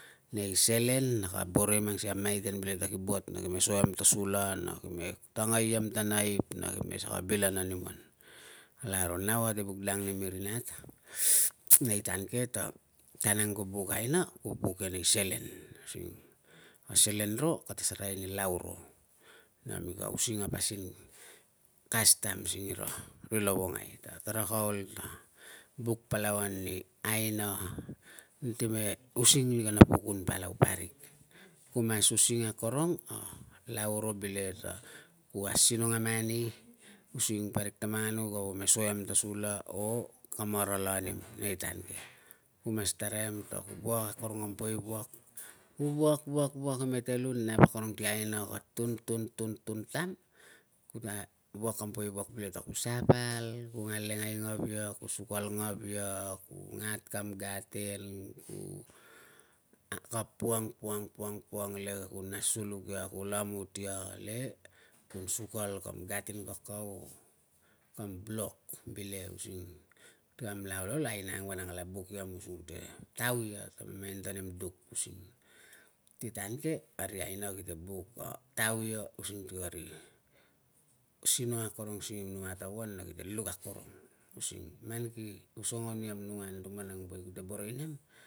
Nei selen na ka boro i mang sikei pulakai ta ki buat a kime so iam ta sula, na kime tangai iam ta naip, na kime saka bilan anim. Kalaro, nau ate buk dang nimi ri nat nei dang ke ta, tan ang ku buk aina, ku buk ia nei selen. A selen ro kate sereai ni lau ro na mika using a pasin kastam singira ri lovongai ta karata ol ta buk palau ani aina anti me using ni kana pukun palau parik, ku mas using akorong a lau ro bileke ta ku aisinong a mani, using parik ta manganu ka so iam ta sula or ka marala anim nei tan ke. Ku mas taraim ta ku wuak akorong kam poi wuak. Ku wuak, wuak, wuak mete lu nap akorong ti aina ka tun, tun, tun, tun tatam na wuak kam poe wuak bile ta ku sapal, ku nga lengai ngavia, ku sukal ngavia, ku ngal kam gaten, ku ka puang, puang, puang, puang le kunla suluk ia, ku lamut ia le ku sukal kam gaten kakau o kam blok bile using ti kam la ol, aina ang vanang kala buk iam using kute tauia ta mamain ta nem duk using ti tan ke, a ri aina kite buk a tauia using ti kari sinong akorong singim, numai a tawan na kite luk akorong using man ki osongon iam, numai a anutuman woe kute boro i nem